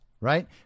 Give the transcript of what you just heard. right